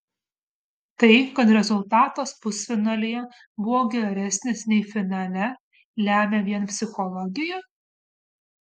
tai kad rezultatas pusfinalyje buvo geresnis nei finale lemia vien psichologija